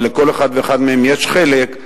ולכל אחד ואחד מהם יש חלק,